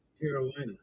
Carolina